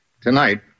Tonight